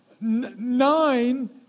nine